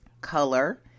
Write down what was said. color